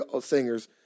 singers